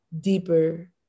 deeper